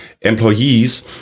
Employees